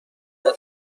بودم